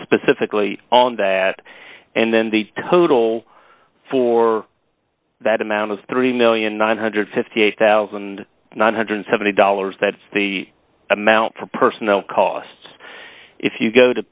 specifically on that and then the total for that amount is three million nine hundred and fifty eight thousand nine hundred and seventy dollars that is the amount for personnel costs if you go to